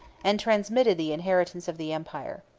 and transmitted the inheritance of the empire.